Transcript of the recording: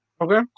Okay